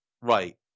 Right